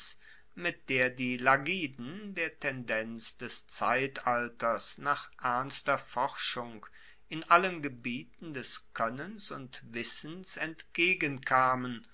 mit der die lagiden der tendenz des zeitalters nach ernster forschung in allen gebieten des koennens und wissens